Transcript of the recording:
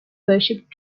worship